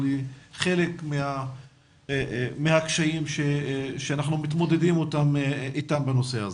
אבל היא חלק מהקשיים שאנחנו מתמודדים איתם בנושא הזה.